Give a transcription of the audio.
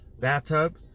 bathtub